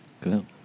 good